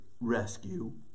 rescue